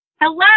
Hello